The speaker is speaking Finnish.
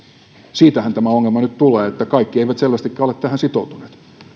siitähän tämä ongelma nyt tulee että kaikki eivät selvästikään ole tähän sitoutuneet